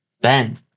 Ben